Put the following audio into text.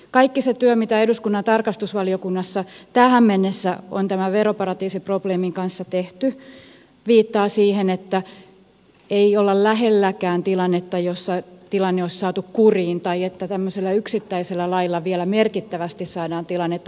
kaikki se työ mitä eduskunnan tarkastusvaliokunnassa tähän mennessä on tämän veroparatiisiprobleemin kanssa tehty viittaa siihen että ei olla lähelläkään tilannetta jossa asia olisi saatu kuriin tai jossa tämmöisellä yksittäisellä lailla vielä merkittävästi saadaan tilannetta parannettua